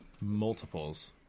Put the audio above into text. multiples